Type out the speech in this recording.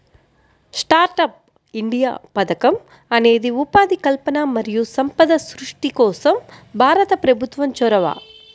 startup India పథకం అనేది ఉపాధి కల్పన మరియు సంపద సృష్టి కోసం భారత ప్రభుత్వం చొరవ